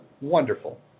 wonderful